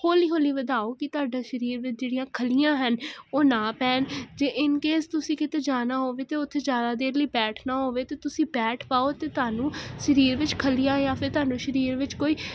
ਹੋਲੀ ਹੋਲੀ ਵਧਾਓ ਕੀ ਤਾਡਾ ਸ਼ਰੀਰ ਵਿੱਚ ਜਿਹੜੀਆਂ ਖਲੀਆਂ ਹਨ ਉਹ ਨਾ ਪੈਣ ਜੇ ਇਨ ਕੇਸ ਤੁਸੀਂ ਕਿਤੇ ਜਾਣਾ ਹੋਵੇ ਤੇ ਓਥੇ ਜਿਆਦਾ ਦੇਰ ਲਈ ਬੈਠਣਾ ਹੋਵੇ ਤੇ ਤੁਸੀਂ ਬੈਠ ਪਾਓ ਤੇ ਤੁਹਾਨੂੰ ਸਰੀਰ ਵਿੱਚ ਖਲੀਆਂ ਜਾਂ ਫੇਰ ਤੁਹਾਨੂੰ ਸ਼ਰੀਰ ਵਿੱਚ ਕੋਈ